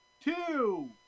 two